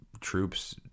troops